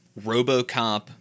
RoboCop